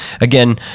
Again